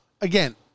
Again